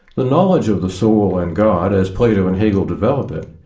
the knowledge of the soul and god, as plato and hegel develop it,